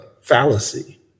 fallacy